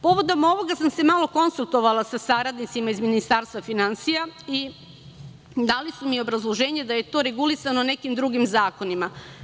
Povodom ovoga sam se malo konsultovala sa saradnicima iz Ministarstva finansija i dali su mi obrazloženje da je to regulisano nekim drugim zakonima.